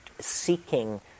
seeking